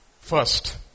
First